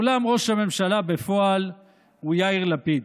אולם ראש הממשלה בפועל הוא יאיר לפיד.